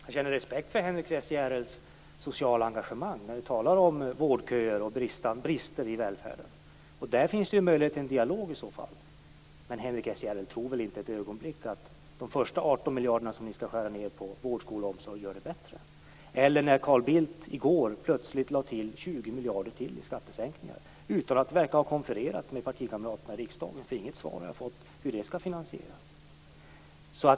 Fru talman! Jag känner respekt för Henrik S Järrels sociala engagemang när han talar om vårdköer och brister i välfärden. Där finns det i så fall möjlighet till en dialog. Men Henrik S Järrel tror väl inte för ett ögonblick att de första 18 miljarderna som ni skall skära ned med inom vården, skolan och omsorgen gör det hela bättre eller att det blir bättre av att, som Carl Bill i går gjorde, plötsligt lägga ned 20 miljarder till i skattesänkningar - detta utan att, som det verkar, ha konfererat med partikamraterna i riksdagen. Jag har inte fått något svar på frågan om hur det skall finansieras.